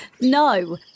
No